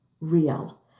real